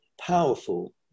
powerful